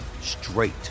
straight